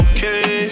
Okay